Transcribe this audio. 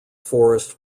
forest